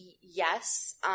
yes